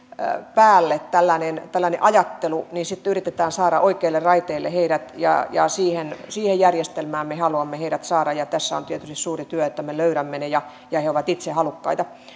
päälle tällainen tällainen ajattelu saada heidät oikeille raiteille siihen siihen järjestelmään me haluamme heidät saada ja tässä on tietysti suuri työ että me löydämme heidät ja he ovat itse halukkaita